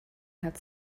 had